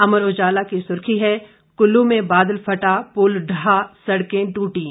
अमर उजाला की सुर्खी है कुल्लू में बादल फटा पुल ढहा सड़कें ट्रटीं